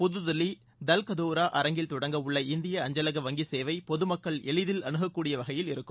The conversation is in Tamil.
புதுதில்லி தல்கதோரா அரங்கில் தொடங்கவுள்ள இந்திய அஞ்சலக வங்கி சேவை பொதுமக்கள் எளிதில் அணுககூடிய வகையில் இருக்கும்